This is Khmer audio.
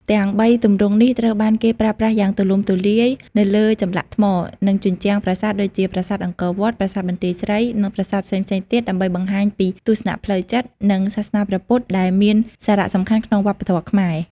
ទាំងបីទម្រង់នេះត្រូវបានគេប្រើប្រាស់យ៉ាងទូលំទូលាយនៅលើចម្លាក់ថ្ម និងជញ្ជាំងប្រាសាទដូចជា ប្រាសាទអង្គរវត្ត ប្រាសាទបន្ទាយស្រី និងប្រាសាទផ្សេងៗទៀត ដើម្បីបង្ហាញពីទស្សនៈផ្លូវចិត្ត និងសាសនាព្រះពុទ្ធដែលមានសារៈសំខាន់ក្នុងវប្បធម៌ខ្មែរ។